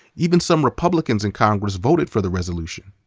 even some republicans in congress voted for the resolution,